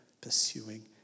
pursuing